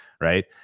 right